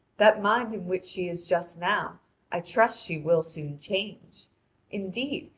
that mind in which she is just now i trust she will soon change indeed,